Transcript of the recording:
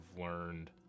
learned